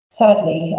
sadly